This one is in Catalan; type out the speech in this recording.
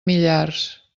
millars